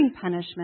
punishment